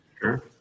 Sure